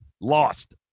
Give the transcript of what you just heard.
lost